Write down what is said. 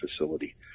facility